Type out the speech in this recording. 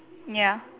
ya